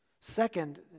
Second